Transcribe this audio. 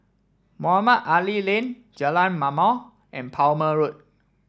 Mohamed Ali Lane Jalan Ma'mor and Palmer Road